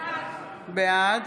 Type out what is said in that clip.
בעד